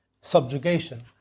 subjugation